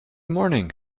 morning